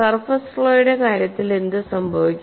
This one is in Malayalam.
സർഫസ് ഫ്ലോയുടെ കാര്യത്തിൽ എന്ത് സംഭവിക്കും